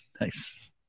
Nice